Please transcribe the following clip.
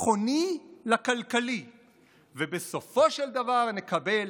הביטחוני לכלכלי ובסופו של דבר נקבל